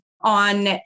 on